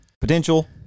Potential